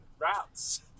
routes